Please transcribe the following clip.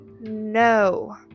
no